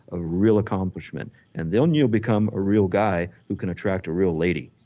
ah real accomplishment and then you'll become a real guy who can attract a real lady.